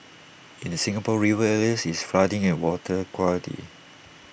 in the Singapore river areas it's flooding and water quality